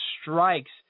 strikes